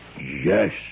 Yes